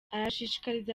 arashishikariza